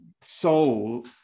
soul